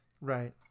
right